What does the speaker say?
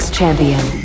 Champion